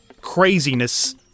craziness